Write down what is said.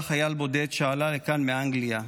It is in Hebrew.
היה חייל בודד שעלה לכאן מאנגלייה.